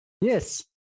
Yes